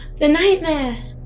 the nightmare!